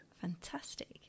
Fantastic